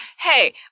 hey